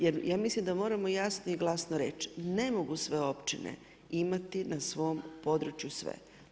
Jer ja mislim da moramo jasno i glasno reći ne mogu sve općine imati na svom području sve.